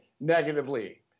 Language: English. negatively